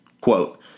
quote